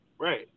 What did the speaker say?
Right